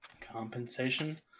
Compensation